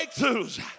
breakthroughs